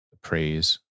praise